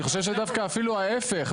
אני חושב שדווקא אפילו ההיפך.